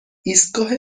ایستگاه